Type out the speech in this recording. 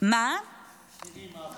--- מה קורה עם קטינים?